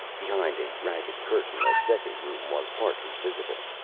behind a ragged curtain a second room was partly visible.